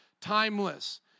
timeless